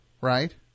right